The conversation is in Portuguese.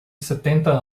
setenta